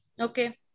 Okay